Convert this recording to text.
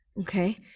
okay